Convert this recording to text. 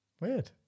Weird